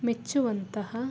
ಮೆಚ್ಚುವಂತಹ